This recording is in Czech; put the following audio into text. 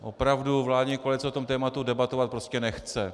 Opravdu, vládní koalice o tom tématu debatovat prostě nechce.